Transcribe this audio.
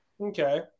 Okay